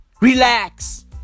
Relax